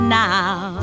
now